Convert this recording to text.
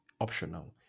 optional